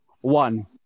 one